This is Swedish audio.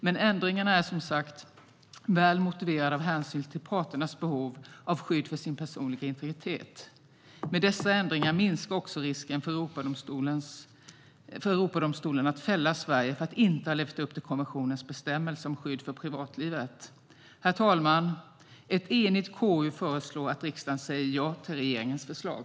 Men ändringarna är som sagt väl motiverade av hänsyn till parternas behov av skydd för sin personliga integritet. Med dessa ändringar minskar också risken för att Europadomstolen fäller Sverige för att inte ha levt upp till konventionens bestämmelse om skydd för privatlivet. Herr talman! Ett enigt KU föreslår att riksdagen säger ja till regeringens förslag.